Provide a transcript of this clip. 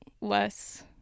less